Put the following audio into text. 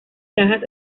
cajas